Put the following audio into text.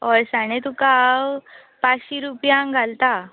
अळसाणे तुका हांव पांचशी रुपयांक घालता